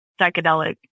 psychedelic